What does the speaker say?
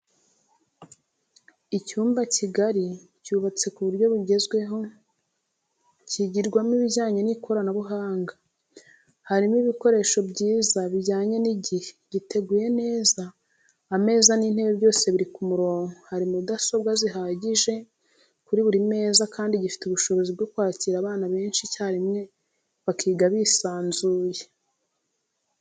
Icyumba kigari cyubatse ku buryo bwugezweho kigirwamo ibijyanye n'ikoranabuhanga, harimo ibikoresho byiza bijyanye n'igihe, giteguye neza, ameza n'intebe byose biri ku murongo, hari mudasobwa zihagije kuri buri meza kandi gifite ubushobozi bwo kwakira abana benshi icyarimwe bakiga bisanzuye.